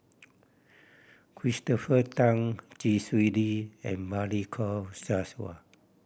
Christopher Tan Chee Swee Lee and Balli Kaur Jaswal